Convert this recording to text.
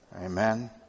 Amen